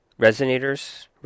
Resonators